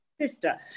sister